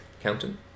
counting